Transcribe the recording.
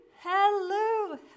Hello